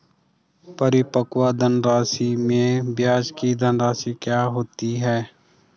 परिपक्व धनराशि में ब्याज की धनराशि क्या होती है?